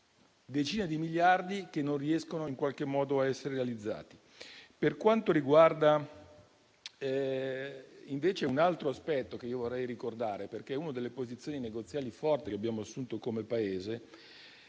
decine di miliardi che non riescono ad essere impiegati. Per quanto riguarda invece un altro aspetto che vorrei ricordare, una delle posizioni negoziali più forti che abbiamo assunto come Paese